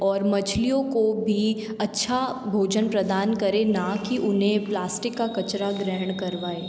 और मछलियों को भी अच्छा भोजन प्रदान करें ना कि उन्हें प्लास्टिक का कचरा ग्रहण करवाएं